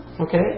Okay